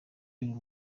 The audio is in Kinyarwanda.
uyu